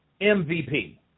MVP